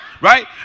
right